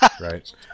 Right